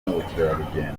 n’ubukerarugendo